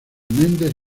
mendes